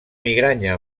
migranya